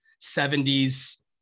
70s